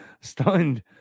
Stunned